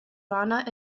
rana